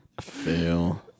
Fail